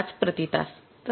२५ प्रति तास